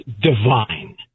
divine